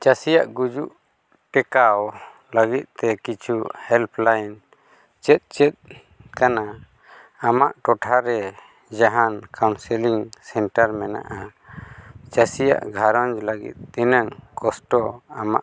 ᱪᱟᱹᱥᱤᱭᱟᱜ ᱜᱩᱡᱩᱜ ᱴᱮᱠᱟᱣ ᱞᱟᱹᱜᱤᱫᱛᱮ ᱠᱤᱪᱷᱩ ᱪᱮᱫ ᱪᱮᱫ ᱠᱟᱱᱟ ᱟᱢᱟᱜ ᱴᱚᱴᱷᱟᱨᱮ ᱡᱟᱦᱟᱱ ᱢᱮᱱᱟᱜᱼᱟ ᱪᱟᱹᱥᱤᱭᱟᱜ ᱜᱷᱟᱨᱚᱸᱡᱽ ᱞᱟᱹᱜᱤᱫ ᱛᱤᱱᱟᱹᱜ ᱠᱚᱥᱴᱚ ᱟᱢᱟᱜ